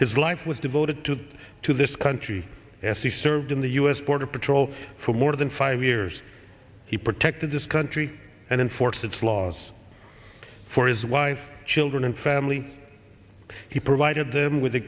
his life was devoted to to this country if he served in the u s border patrol for more than five years he protected this country and enforce its laws for his wife children and family he provided them with a